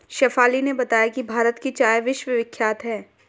शेफाली ने बताया कि भारत की चाय विश्वविख्यात है